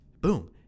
boom